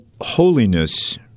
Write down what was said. holiness